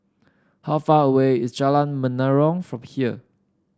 how far away is Jalan Menarong from here